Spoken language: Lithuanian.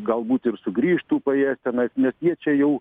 galbūt ir sugrįžtų paėst tenais nes jie čia jau